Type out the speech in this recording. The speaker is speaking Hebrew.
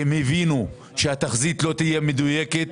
כי הם הבינו שהתחזית לא תהיה מדויקת,